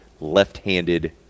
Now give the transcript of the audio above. left-handed